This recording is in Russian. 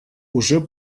уже